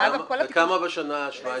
כמה בשנה 2017?